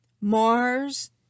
Mars